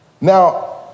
Now